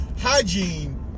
hygiene